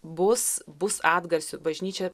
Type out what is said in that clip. bus bus atgarsių bažnyčia